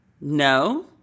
No